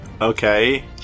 okay